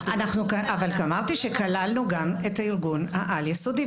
אמרתי שכללנו גם את הארגון העל-יסודי,